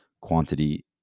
quantity